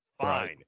fine